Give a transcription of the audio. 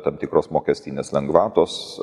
tam tikros mokestinės lengvatos